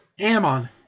Ammon